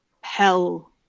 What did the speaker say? hell